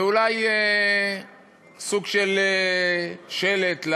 ואולי סוג של שֶלֶט,